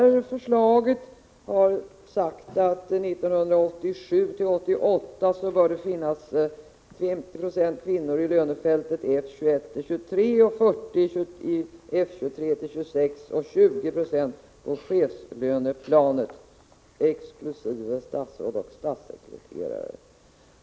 I förslaget sägs att det 1987/88 bör finnas 50 96 kvinnor i lönefältet F 21-23, 40 90 kvinnor i lönefältet F 23-26, och 20 96 kvinnor på chefslöneplanet exkl. statsråd och statssekreterare.